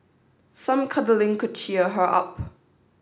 some cuddling could cheer her up